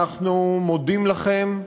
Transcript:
אנחנו מודים לכם,